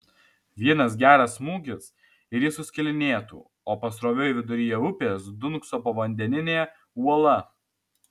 vienas geras smūgis ir jis suskilinėtų o pasroviui viduryje upės dunkso povandeninė uola